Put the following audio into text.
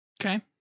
Okay